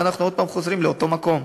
ואנחנו עוד פעם חוזרים לאותו מקום.